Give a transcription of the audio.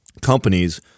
companies